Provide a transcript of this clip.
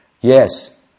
Yes